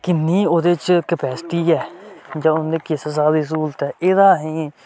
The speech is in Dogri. किन्नी ओह्दे च कैपेसिटी ऐ जां उं'दे किस स्हाब दी स्हूलत ऐ एह्दा असें गी